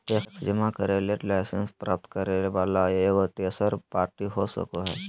tax जमा करे ले लाइसेंस प्राप्त करे वला एगो तेसर पार्टी हो सको हइ